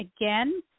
again